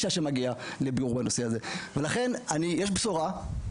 יש בשורה,